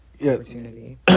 opportunity